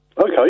Okay